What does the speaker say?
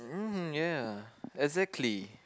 mm ya exactly